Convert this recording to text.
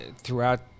throughout